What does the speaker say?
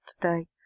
today